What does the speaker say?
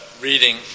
reading